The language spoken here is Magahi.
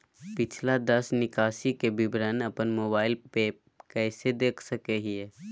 पिछला दस निकासी के विवरण अपन मोबाईल पे कैसे देख सके हियई?